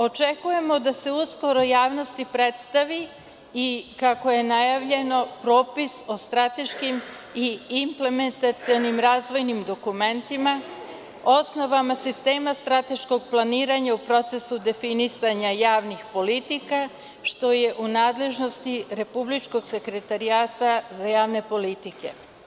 Očekujemo da se uskoro javnosti predstavi i kako je najavljeno propis o strateškim i implementacionim razvojnim dokumentima, osnovama sistema strateškog planiranja u procesu definisanja javnih politika, što je u nadležnosti Republičkog sekretarijata za javne politike.